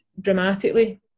dramatically